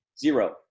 Zero